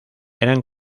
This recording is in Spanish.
eran